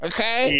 Okay